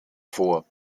vor